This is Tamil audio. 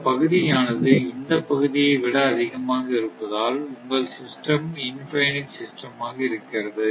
இந்தப் பகுதியானது இந்தப் பகுதியை விட அதிகமாக இருப்பதால் உங்கள் சிஸ்டம் இன்பினிட் சிஸ்டமாக இருக்கிறது